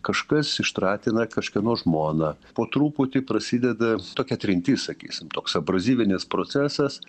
kažkas ištratina kažkieno žmoną po truputį prasideda tokia trintis sakysim toks abrazyvinis procesas